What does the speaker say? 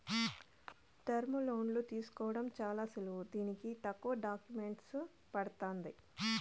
టర్ములోన్లు తీసుకోవడం చాలా సులువు దీనికి తక్కువ డాక్యుమెంటేసన్ పడతాంది